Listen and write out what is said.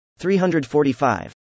345